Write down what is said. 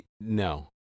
No